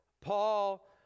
Paul